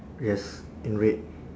yes in red